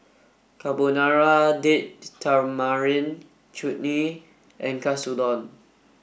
Carbonara Date Tamarind Chutney and Katsudon